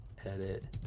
edit